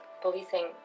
Policing